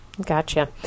Gotcha